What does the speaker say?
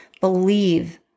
believe